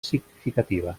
significativa